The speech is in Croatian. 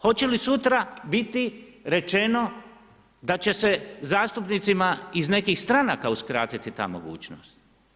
Hoće li sutra biti rečeno da će se zastupnicima iz nekih stranaka uskratiti ta mogućnost?